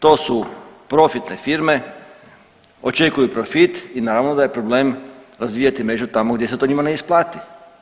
To su profitne firme, očekuju profit i naravno da je problem razvijati mrežu tamo gdje se to njima ne isplati.